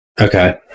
Okay